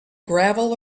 gravel